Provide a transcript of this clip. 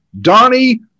Donnie